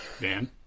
Dan